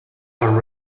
are